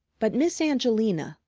but miss angelina,